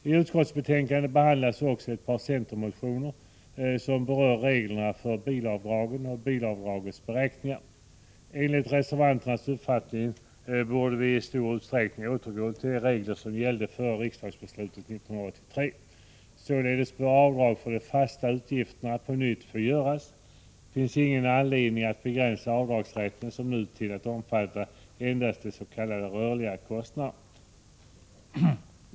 I utskottsbetänkandet behandlas också ett par centermotioner som berör reglerna för bilavdrag och beräkning av dem. Enligt den uppfattning som vi reservanter har borde vi i stor utsträckning återgå till de regler som gällde före riksdagsbeslutet 1983. Således bör avdrag för de fasta utgifterna på nytt få göras. Det finns ingen anledning att, som nu, begränsa avdragsrätten till att omfatta endast de s.k. rörliga kostnaderna.